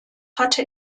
hatte